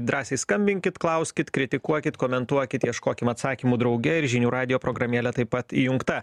drąsiai skambinkit klauskit kritikuokit komentuokit ieškokim atsakymų drauge ir žinių radijo programėlė taip pat įjungta